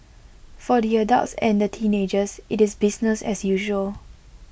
for the adults and the teenagers IT is business as usual